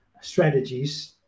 strategies